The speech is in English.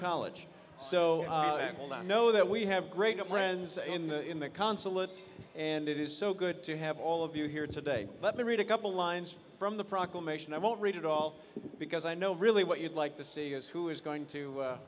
college so i know that we have great friends in the in the consulate and it is so good to have all of you here today let me read a couple lines from the proclamation i won't read it all because i know really what you'd like to see is who is going to